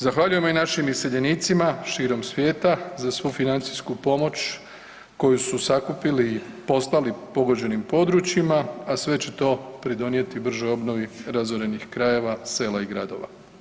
Zahvaljujemo i našim iseljenicima širom svijeta za svu financijsku pomoć koju su sakupili i poslali pogođenim područjima, a sve će to pridonijeti bržoj obnovi razorenih krajeva, sela i gradova.